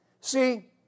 See